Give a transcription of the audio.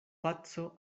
paco